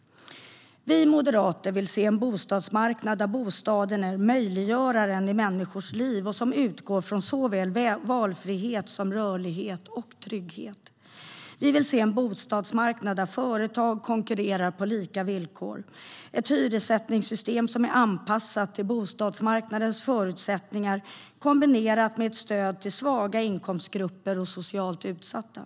Vi moderater vill se en bostadsmarknad där bostaden är möjliggöraren i människors liv, en bostadsmarknad som utgår från såväl valfrihet som rörlighet och trygghet. Vi vill se en bostadsmarknad där företag konkurrerar på lika villkor, ett hyressättningssystem som är anpassat till bostadsmarknadens förutsättningar, kombinerat med ett stöd till svaga inkomstgrupper och socialt utsatta.